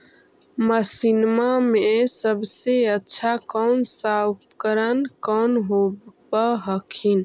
मसिनमा मे सबसे अच्छा कौन सा उपकरण कौन होब हखिन?